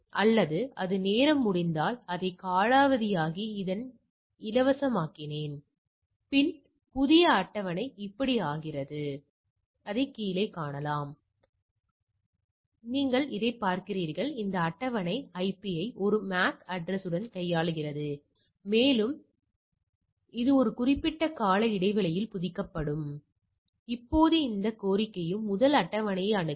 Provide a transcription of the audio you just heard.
ஆகவே நம்மிடம் CHI TEST உள்ளது இதில் நான் பெறப்பட்டதையும் எதிர்பார்த்ததையும் கொடுத்தால் அது எனக்கு நிகழ்தகவைத் தரும் CHI INVERSE இல் நான் நிகழ்தகவு மற்றும் கட்டின்மை கூறுகளைக் கொடுக்கும்போது அது உங்களுக்கு கை வர்க்க மதிப்பைக் கொடுக்கும்